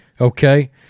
Okay